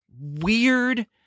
weird